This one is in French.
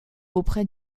auprès